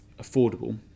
affordable